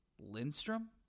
Lindstrom